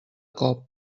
cop